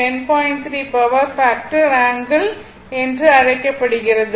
3o power factor angle என்று அழைக்கப்படுகிறது